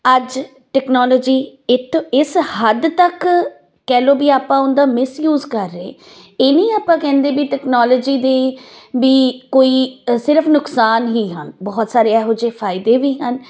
ਅੱਜ ਟੈਕਨੋਲਜੀ ਇੱਕ ਇਸ ਹੱਦ ਤੱਕ ਕਹਿ ਲਓ ਵੀ ਆਪਾਂ ਉਹਦਾ ਮਿਸਯੂਜ਼ ਕਰ ਰਹੇ ਇਹ ਨਹੀਂ ਆਪਾਂ ਕਹਿੰਦੇ ਵੀ ਟੈਕਨੋਲਜੀ ਦੀ ਵੀ ਕੋਈ ਸਿਰਫ ਨੁਕਸਾਨ ਹੀ ਹਨ ਬਹੁਤ ਸਾਰੇ ਇਹੋ ਜਿਹੇ ਫਾਇਦੇ ਵੀ ਹਨ